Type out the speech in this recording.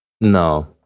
no